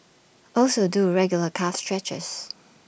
also do regular calf stretches